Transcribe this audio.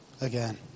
again